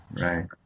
Right